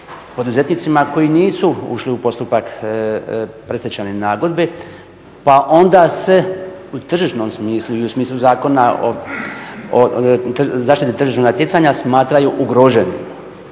poduzetnicima koji nisu ušli u postupak predstečajnih nagodbi pa onda se u tržišnom smislu i u smislu Zakona o zaštiti tržišnog natjecanja smatraju ugroženim.